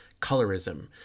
colorism